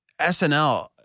SNL